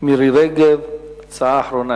מירי רגב, הצעה מס' 3099,